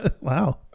Wow